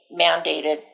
mandated